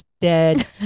dead